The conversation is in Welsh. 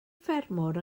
ffermwr